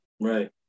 right